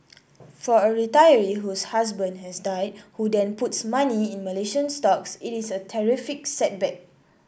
for a retiree whose husband has died who then puts money in Malaysian stocks it is a terrific setback